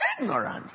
ignorance